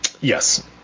Yes